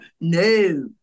No